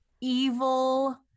evil